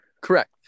Correct